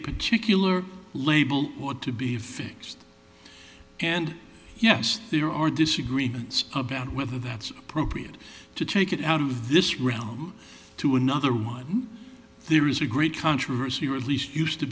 particular label ought to be fixed and yes there are disagreements about whether that's appropriate to take it out of this realm to another one there is a great controversy or at least used to